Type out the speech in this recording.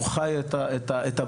הוא חי את הבעיות,